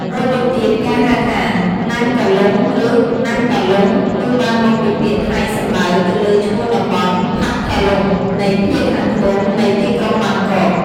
មួយវិញទៀត ការហៅថា “ណាំងកាលុង” ឬ “ណាំងតាលុង” គឺបានមកពីពាក្យថៃសំដៅទៅលើឈ្មោះតំបន់ផាត់ថាលុង នៃភាគខាងត្បូងនៃទីក្រុងបាងកក ។